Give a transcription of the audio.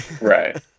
Right